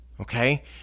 Okay